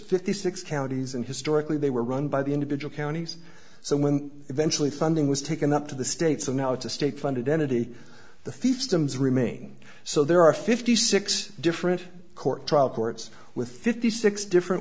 fifty six counties and historically they were run by the individual counties so when eventually funding was taken up to the states and now it's a state funded entity the fiefdoms remain so there are fifty six different court trial courts with fifty six different